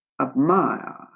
admire